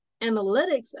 analytics